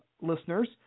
listeners